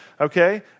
okay